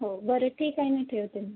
हो बरं ठीक आहे मी ठेवते